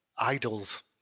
Idols